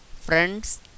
Friends